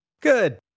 Good